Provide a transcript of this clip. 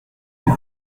êtes